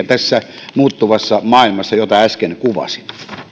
tässä muuttuvassa maailmassa jota äsken kuvasin